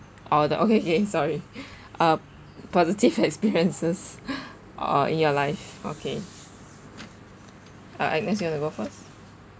oh the okay okay sorry uh positive experiences oh in your life okay ah agnes you want to go first